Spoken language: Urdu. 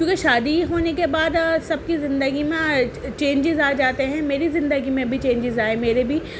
کیونکہ شادی ہونے کے بعد سب کی زندگی میں چینجیز آ جاتے ہیں میری زندگی میں بھی چینجیز آئے میرے بھی